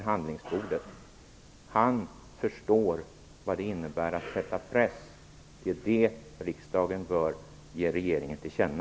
Han förstår vad det innebär att sätta press. Det är det riksdagen bör ge regeringen till känna.